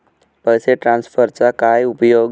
पैसे ट्रान्सफरचा काय उपयोग?